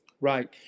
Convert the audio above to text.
Right